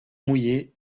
mouillée